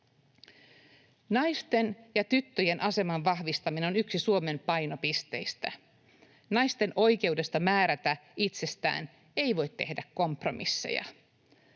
Naisten ja tyttöjen aseman vahvistaminen on yksi Suomen painopisteistä. Naisten oikeudesta määrätä itsestään ei voi tehdä kompromisseja.